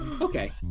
okay